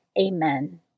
Amen